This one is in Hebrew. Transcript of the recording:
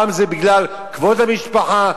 פעם זה בגלל כבוד המשפחה,